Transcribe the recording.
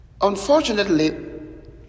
Unfortunately